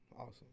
awesome